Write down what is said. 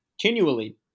continually